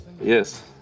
Yes